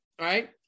right